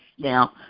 now